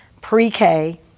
pre-k